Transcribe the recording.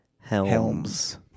Helms